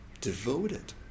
devoted